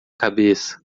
cabeça